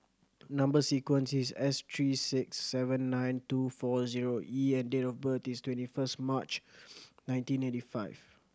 number sequence is S three six seven nine two four zero E and date of birth is twenty first March nineteen eighty five